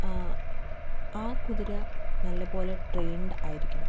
ആ കുതിര നല്ല പോലെ ട്രൈൻഡ് ആയിരിക്കണം